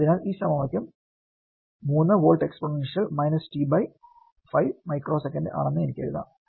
അതിനാൽ ഈ സമവാക്യം 3 volt exponential t by 5 micro സെക്കന്റുകൾ ആണെന്ന് എനിക്ക് എഴുതാം